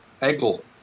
ankle